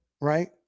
right